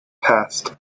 passed